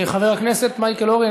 חבר הכנסת מייקל אורן,